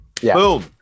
Boom